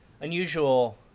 unusual